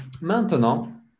maintenant